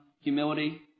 humility